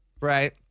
right